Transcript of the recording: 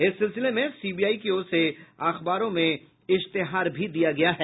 इस सिलसिले में सीबीआई की ओर से अखबारों में इश्तहार दिया गया है